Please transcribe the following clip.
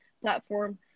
Platform